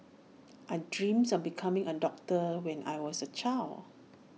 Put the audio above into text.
I dreamt of becoming A doctor when I was A child